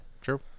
True